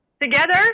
Together